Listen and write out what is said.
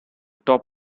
top